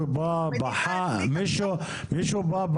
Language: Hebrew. מישהו בא,